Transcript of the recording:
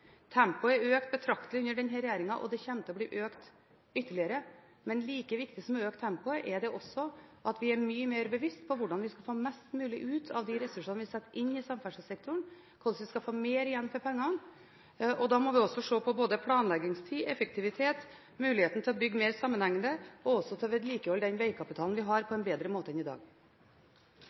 Tempoet er økt betraktelig under denne regjeringen, og det kommer til å bli økt ytterligere. Men like viktig som å øke tempoet er det også at vi er mye mer bevisst på hvordan vi skal få mest mulig ut av de ressursene vi setter inn i samferdselssektoren, hvordan vi skal få mer igjen for pengene. Da må vi også se på både planleggingstid, effektivitet og muligheten til å bygge mer sammenhengende og til å vedlikeholde den vegkapitalen vi har, på en bedre måte enn i dag.